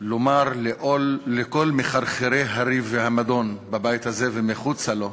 לומר לכל מחרחרי הריב והמדון בבית הזה ומחוצה לו,